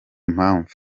mpamvu